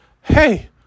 Hey